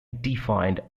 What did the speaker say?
defined